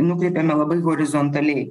nukreipiame labai horizontaliai